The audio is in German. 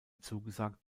zugesagt